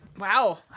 Wow